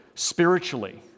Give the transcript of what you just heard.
spiritually